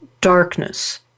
darkness